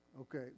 Okay